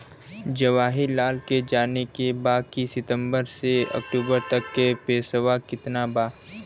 जवाहिर लाल के जाने के बा की सितंबर से अक्टूबर तक के पेसवा कितना बा?